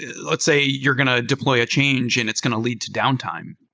let's say you're going to deploy a change in its going to lead to downtime.